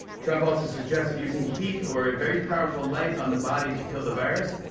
trump also suggested using heat or a very powerful light on the body to kill the virus.